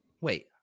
Wait